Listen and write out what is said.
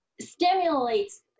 stimulates